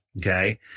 okay